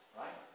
right